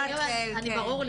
ברור לי.